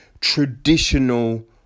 traditional